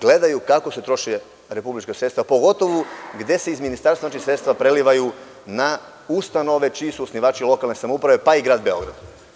gledaju kako se troše republička sredstva, pogotovo gde se iz Ministarstva sredstva prelivaju na ustanove čiji su osnivači lokalne samouprave, pa i grad Beograd.